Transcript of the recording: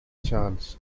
chance